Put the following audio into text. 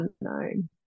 unknown